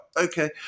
okay